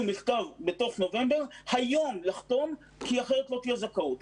מכתב בנובמבר לחתום באותו יום כי אחרת לא תהיה זכאות.